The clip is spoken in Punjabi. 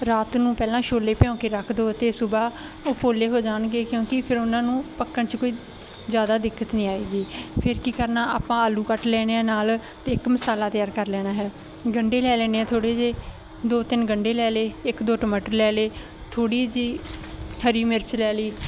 ਰਾਤ ਨੂੰ ਪਹਿਲਾਂ ਛੋਲੇ ਭਿਓਂ ਕੇ ਰੱਖ ਦਿਓ ਅਤੇ ਸੁਬਹਾ ਉਹ ਪੋਲੇ ਹੋ ਜਾਣਗੇ ਕਿਉਂਕਿ ਫਿਰ ਉਹਨਾਂ ਨੂੰ ਪੱਕਣ 'ਚ ਕੋਈ ਜ਼ਿਆਦਾ ਦਿੱਕਤ ਨਹੀਂ ਆਏਗੀ ਫਿਰ ਕੀ ਕਰਨਾ ਆਪਾਂ ਆਲੂ ਕੱਟ ਲੈਣੇ ਆ ਨਾਲ ਅਤੇ ਇੱਕ ਮਸਾਲਾ ਤਿਆਰ ਕਰ ਲੈਣਾ ਹੈ ਗੰਢੇ ਲੈ ਲੈਣੇ ਆ ਥੋੜ੍ਹੇ ਜਿਹੇ ਦੋ ਤਿੰਨ ਗੰਢੇ ਲੈ ਲਏ ਇੱਕ ਦੋ ਟਮਾਟਰ ਲੈ ਲਏ ਥੋੜ੍ਹੀ ਜਿਹੀ ਹਰੀ ਮਿਰਚ ਲੈ ਲਈ